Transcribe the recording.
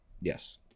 Yes